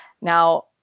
Now